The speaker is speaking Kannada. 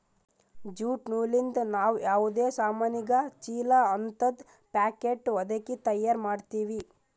ಜ್ಯೂಟ್ ನೂಲಿಂದ್ ನಾವ್ ಯಾವದೇ ಸಾಮಾನಿಗ ಚೀಲಾ ಹಂತದ್ ಪ್ಯಾಕೆಟ್ ಹೊದಕಿ ತಯಾರ್ ಮಾಡ್ತೀವಿ